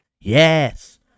Yes